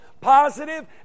positive